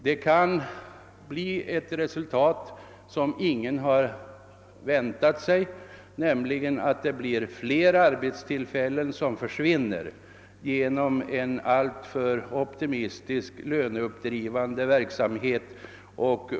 Det kan bli ett resultat som ingen har väntat sig, nämligen att det blir flera arbetstillfällen som försvinner genom en allför optimistisk löneuppdrivande verksamhet.